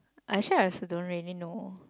actually I also don't really know